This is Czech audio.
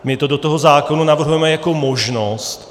My to do toho zákona navrhujeme jako možnost.